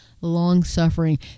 long-suffering